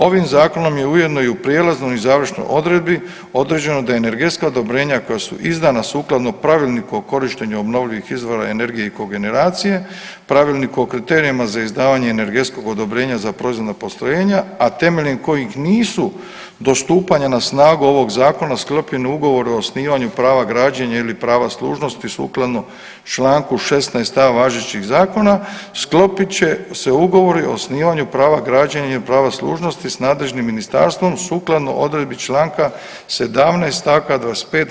Ovim zakonom je ujedno i prijelaznoj i završnoj odredbi određeno da energetska odobrenja koja su izdana sukladno Pravilniku o korištenju obnovljivih izvora energije i kogeneracije, Pravilniku o kriterijima za izdavanje energetskog odobrenja za proizvodna postrojenja, a temeljem kojih nisu do stupanja na snagu ovog zakona sklopljeni ugovor o osnivanju prava građenja ili prava služnosti sukladno čl. 16.a važećih zakona sklopit će se ugovori o osnivanju prava građenja i prava služnosti s nadležnim ministarstvom sukladno odredbi čl. 17. st. 25.